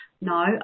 No